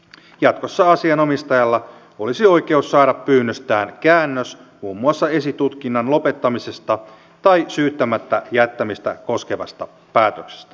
jatkossa asianomistajalla olisi oikeus saada pyynnöstään käännös muun muassa esitutkinnan lopettamisesta tai syyttämättä jättämistä koskevasta päätöksestä